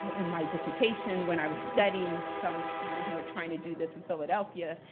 in my dissertation, when i was studying, some people who were trying to do this in philadelphia,